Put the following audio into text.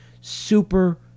super